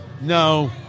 no